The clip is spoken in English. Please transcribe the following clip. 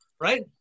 Right